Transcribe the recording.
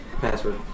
password